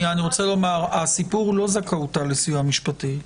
שהסיפור הוא לא זכאותה לסיוע משפטי.